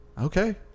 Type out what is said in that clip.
okay